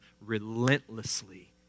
relentlessly